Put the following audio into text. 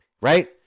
right